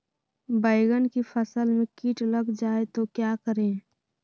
बैंगन की फसल में कीट लग जाए तो क्या करें?